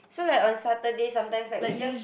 so like on Saturday sometimes like we just